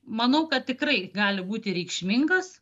manau kad tikrai gali būti reikšmingas